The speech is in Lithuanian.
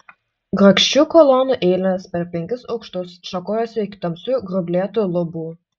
grakščių kolonų eilės per penkis aukštus šakojosi iki tamsių gruoblėtų lubų